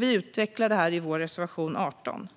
Vi utvecklar detta i vår reservation 18.